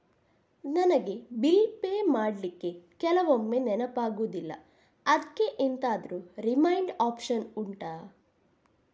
ನನಗೆ bill pay ಮಾಡ್ಲಿಕ್ಕೆ ಕೆಲವೊಮ್ಮೆ ನೆನಪಾಗುದಿಲ್ಲ ಅದ್ಕೆ ಎಂತಾದ್ರೂ ರಿಮೈಂಡ್ ಒಪ್ಶನ್ ಉಂಟಾ